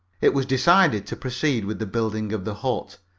it was decided to proceed with the building of the hut,